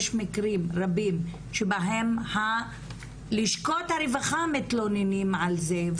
יש מקרים רבים שבהם לשכות הרווחה מתלוננות על זה,